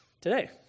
today